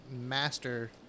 master